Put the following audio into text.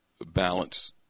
balance